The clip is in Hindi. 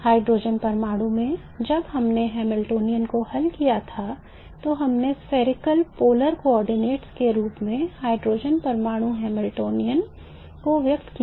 हाइड्रोजन परमाणु में जब हमने हैमिल्टनियन को हल किया तो हमने spherical polar coordinates के रूप में हाइड्रोजन परमाणु हैमिल्टनियन को व्यक्त किया